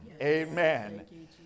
Amen